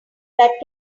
that